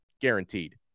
guaranteed